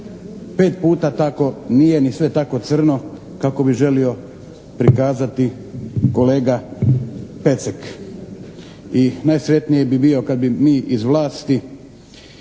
5 puta tako nije ni sve tako crno kako bi želio prikazati kolega Pecek. I najsretniji bi bio kad bi mi iz vlasti